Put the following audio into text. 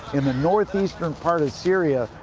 in the northeastern part of syria,